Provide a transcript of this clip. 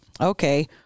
Okay